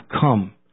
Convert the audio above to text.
come